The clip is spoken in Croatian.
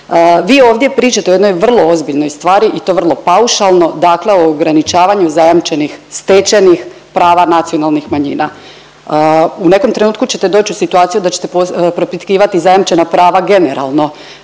Vi ovdje pričate o jednoj vrlo ozbiljnoj stvari i to vrlo paušalno, dakle o ograničavanju zajamčenih stečenih prava nacionalnih manjina. U nekom trenutku ćete doći u situaciju da ćete propitkivati zajamčena prava generalno,